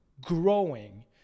growing